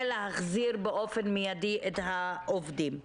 ולהחזיר באופן מידי את העובדים.